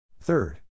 Third